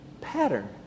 Pattern